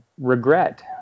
regret